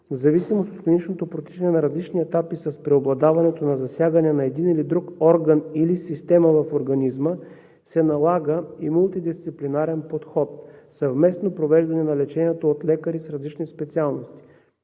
в зависимост от клиничното протичане на различни етапи с преобладаването на засягането на един или друг орган или система в организма се налага и мултидисциплинарен подход – съвместно провеждане на лечението от лекари с различни специалности.